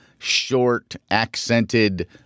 Short-accented